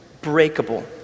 breakable